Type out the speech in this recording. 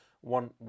one